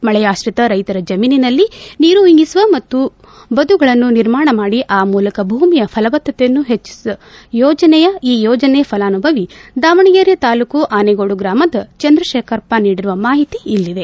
ಮಳೆಯಾತ್ರಿತ ರೈತರ ಜಮೀನಿನಲ್ಲಿ ನೀರು ಇಂಗಿಸುವ ಮತ್ತು ಬದುಗಳನ್ನು ನಿರ್ಮಾಣ ಮಾಡಿ ಆ ಮೂಲಕ ಭೂಮಿಯ ಫಲವತ್ತತೆಯನ್ನು ಹೆಚ್ಚಿಸುವ ಉದ್ದೇಶಗಳನ್ನು ಈ ಯೋಜನೆಯ ಫಲಾನುಭವಿ ದಾವಣಗೆರೆ ತಾಲ್ಲೂಕು ಆನಗೋಡು ಗ್ರಾಮದ ಚಂದ್ರಶೇಖರಪ್ಪ ಅವರು ನೀಡಿರುವ ಮಾಹಿತಿ ಇಲ್ಲಿದೆ